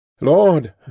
Lord